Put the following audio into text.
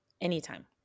anytime